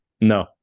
No